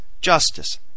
Justice